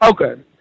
Okay